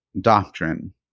doctrine